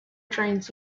trains